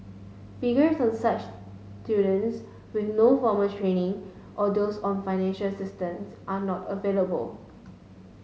figures on such students with no formal training or those on financial assistance are not available